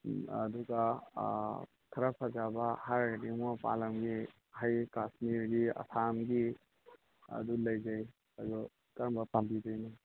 ꯑꯗꯨꯒ ꯈꯔ ꯐꯖꯕ ꯍꯥꯏꯔꯒꯗꯤ ꯃꯣꯏ ꯃꯄꯥꯟ ꯂꯝꯒꯤ ꯍꯩ ꯀꯥꯁꯃꯤꯔꯒꯤ ꯑꯁꯥꯝꯒꯤ ꯑꯗꯨ ꯂꯩꯖꯩ ꯑꯗꯨ ꯀꯔꯝꯕ ꯄꯥꯝꯕꯤꯗꯣꯏꯅꯣ